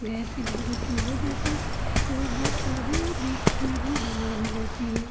gas cylinder चूल्हे पे तो बहुत बहुत आधे या बीस मिनट में बना भी लेती हैं